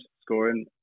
scoring